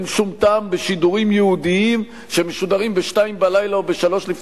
אין שום טעם בשידורים ייעודיים שמשודרים ב-02:00 או ב-03:00,